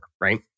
right